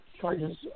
charges